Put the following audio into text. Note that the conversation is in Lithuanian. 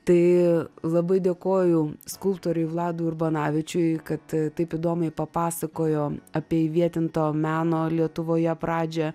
tai labai dėkoju skulptoriui vladui urbanavičiui kad taip įdomiai papasakojo apie įvietinto meno lietuvoje pradžią